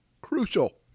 Crucial